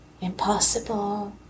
impossible